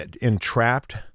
entrapped